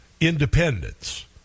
Independence